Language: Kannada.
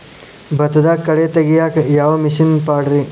ಭತ್ತದಾಗ ಕಳೆ ತೆಗಿಯಾಕ ಯಾವ ಮಿಷನ್ ಪಾಡ್ರೇ?